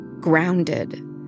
grounded